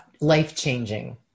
life-changing